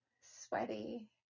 sweaty